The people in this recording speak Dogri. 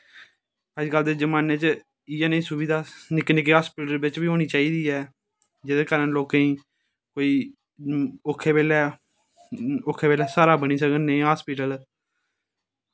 अजकल दे जमाने च इयै नेही सुविधा निक्के निक्के हस्पिटलें बिच्च बी हेनी चाही दी ऐ जेह्दे कन्नै लोकेंई कोई औक्खे बेल्लै औक्खै बेल्लै स्हारा बनी सकन निक्के हस्पिटल